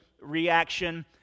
reaction